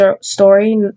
Story